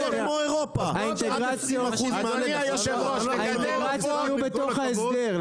האינטגרציות יהיו בתוך ההסדר.